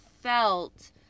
felt